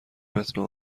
متن